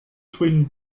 twin